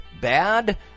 bad